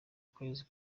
kwezi